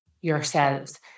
yourselves